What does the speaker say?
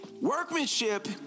Workmanship